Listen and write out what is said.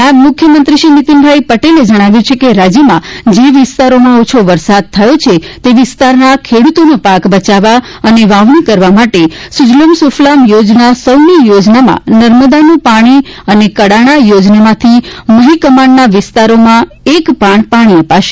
નાયબ મુખ્યમંત્રીશ્રી નીતિનભાઇ પટેલે જણાવ્યુ છે કે રાજ્યમાં જે વિસ્તારોમાં ઓછો વરસાદ થયો છે તે વિસ્તારના ખેડૂતોનો પાક બચાવવા અને વાવણી કરવા માટે સુજલામ સુફલામ યોજના સૌની યોજનામાં નર્મદાનું પાણી અને કડાણા યોજનામાંથી મહી કમાન્ડના વિસ્તારોમાં એક પાણ પાણી અપાશે